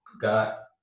got